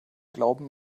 glauben